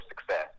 success